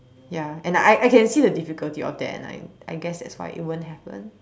ya and I I can see the difficulty of that and I I guess that's why it won't happen that